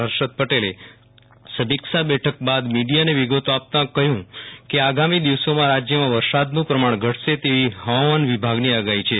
હર્ષદ પટેલે સમીક્ષા બેઠક બાદ મીડિયાને વિગતો આપતા કહ્યું કે આગામી દિવસોમાં રાજ્યમાં વરસાદનું પ્રમાણ ઘટશે તેવી હવામાન વિભાગની આગાહી છે